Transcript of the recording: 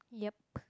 yup